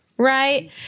Right